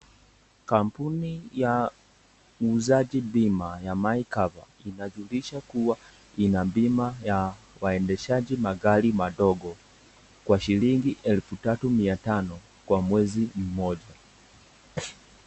Kampuni ya muuzaji bima ya My Kava , inajulisha kuwa ina bima ya waendeshaji magari madogo kwa shillingi 3500 kwa mwezi mmoja.